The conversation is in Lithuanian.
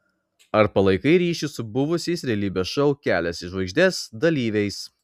ar palaikai ryšį su buvusiais realybės šou kelias į žvaigždes dalyviais